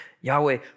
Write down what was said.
Yahweh